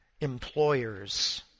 employers